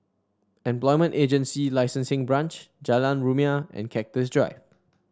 Employment Agency Licensing Branch Jalan Rumia and Cactus Drive